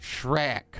Shrek